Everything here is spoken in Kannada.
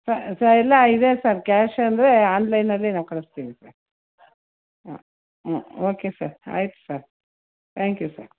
ಸ ಸರ್ ಎಲ್ಲ ಇದೆ ಸರ್ ಕ್ಯಾಶ್ ಅಂದರೆ ಆನ್ಲೈನಲ್ಲಿ ನಾವು ಕಳಿಸ್ತೀವಿ ನಿಮಗೆ ಹಾಂ ಹಾಂ ಹ್ಞೂ ಓಕೆ ಸರ್ ಆಯ್ತು ಸರ್ ತ್ಯಾಂಕ್ ಯೂ ಸರ್